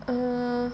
err